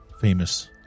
Famous